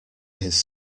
his